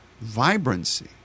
vibrancy